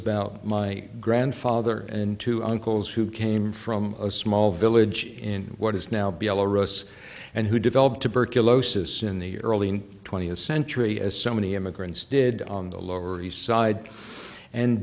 about my grandfather and two uncles who came from a small village in what is now below us and who developed tuberculosis in the early twentieth century as so many immigrants did on the lower east side and